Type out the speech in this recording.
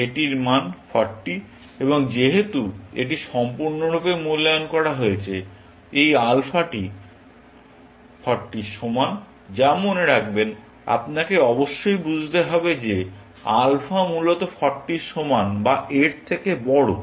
এটির মান 40 এবং যেহেতু এটি সম্পূর্ণরূপে মূল্যায়ন করা হয়েছে এই আলফাটি 40 এর সমান যা মনে রাখবেন আপনাকে অবশ্যই বুঝতে হবে যে আলফা মূলত 40 এর সমান বা এর থেকে বড়